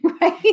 right